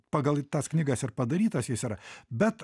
pagal tas knygas ir padarytas jis yra bet